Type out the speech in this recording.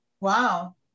Wow